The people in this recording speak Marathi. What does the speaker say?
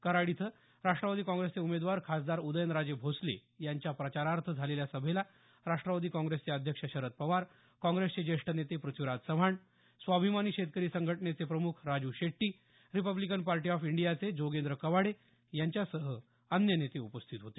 कराड इथं राष्ट्रवादी काँग्रेसचे उमेदवार खासदार उदयनराजे भोसले यांच्या प्रचारार्थ झालेल्या सभेला राष्ट्रवादी काँग्रेसचे अध्यक्ष शरद पवार काँग्रेसचे ज्येष्ठ नेते प्रथ्वीराज चव्हाण स्वाभिमानी शेतकरी संघटनेचे प्रमुख Raju Shetti republican party of इंडियाचे जोगेंद्र कवाडे यांच्यासह अन्य नेते उपस्थित होते